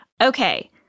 Okay